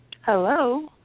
Hello